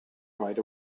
right